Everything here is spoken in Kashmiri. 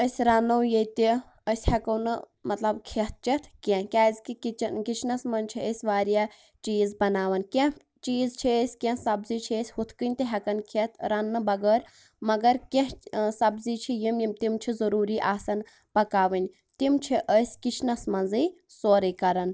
أسۍ رَنو ییٚتہِ أسۍ ہیٚکو نہٕ مَطلَب کھیٚتھ چتھ کینٛہہ کیازکہ کِچَن کِچنَس مَنٛز چھِ أسۍ واریاہ چیٖز بانوان کینٛہہ چیٖز چھِ أسۍ کینٚہہ سبزی چھِ أسۍ ہُتھ کنۍ تہِ ہیٚکان کھیٚتھ رَننہٕ بَغٲرۍ مگر کینٛہہ سبزی چھِ یم تم چھِ ضوٚروٗری آسان پکاوٕنۍ تِم چھِ أسۍ کِچنَس مَنٛزے سورُے کران